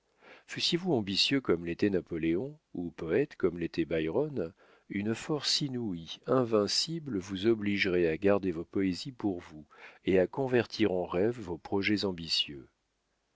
fussiez-vous ambitieux comme l'était napoléon ou poète comme l'était byron une force inouïe invincible vous obligerait à garder vos poésies pour vous et à convertir en rêves vos projets ambitieux